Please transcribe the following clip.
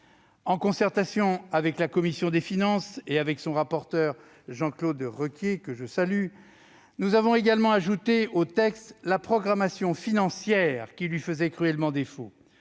En concertation avec la commission des finances, et avec son rapporteur pour avis Jean-Claude Requier, que je salue, nous avons également ajouté au texte la programmation financière qui lui faisait cruellement défaut.